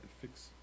fix